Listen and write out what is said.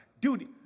Dude